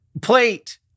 plate